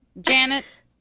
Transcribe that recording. Janet